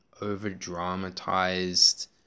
over-dramatized